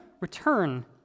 return